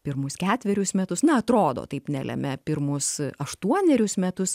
pirmus ketverius metus na atrodo taip nelemia pirmus aštuonerius metus